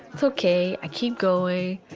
ok. i keep going.